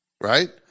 right